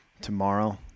Tomorrow